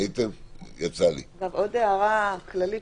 עוד הערה כללית,